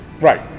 Right